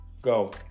Go